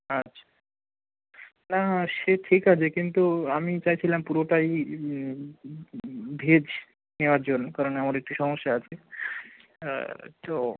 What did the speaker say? আচ্ছা না না না না সে ঠিক আছে কিন্তু আমি চাইছিলাম পুরোটাই ভেজ নেওয়ার জন্য কারণ আমার হচ্ছে সমস্যা আছে তো